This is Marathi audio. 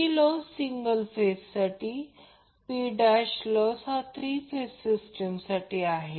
कारण सिंगल फेजसाठी I L घेतला आहे म्हणूनच IL I L cos PL jQ L हे सूत्र PL आहे